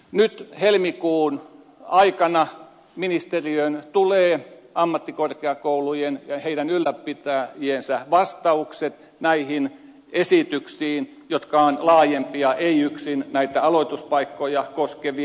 nyt helmikuun aikana ministeriöön tulee ammattikorkeakoulujen ja niiden ylläpitäjien vastaukset näihin esityksiin jotka on laajempia eivät yksin näitä aloituspaikkoja koskevia